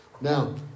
Now